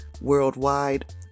worldwide